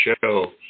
show